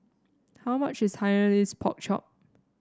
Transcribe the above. how much is Hainanese Pork Chop